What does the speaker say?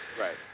right